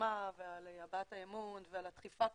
היוזמה ועל הבעת האמון ועל הדחיפה קדימה,